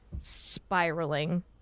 spiraling